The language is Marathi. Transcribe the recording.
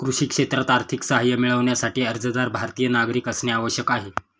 कृषी क्षेत्रात आर्थिक सहाय्य मिळविण्यासाठी, अर्जदार भारतीय नागरिक असणे आवश्यक आहे